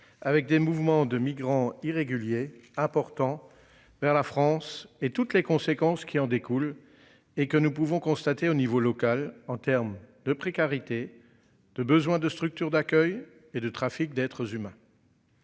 avec des mouvements de migrants irréguliers, important vers la France et toutes les conséquences qui en découlent et que nous pouvons constater au niveau local en terme de précarité, de besoin de structures d'accueil et de trafic d'être s'humains.